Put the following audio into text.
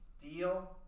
Deal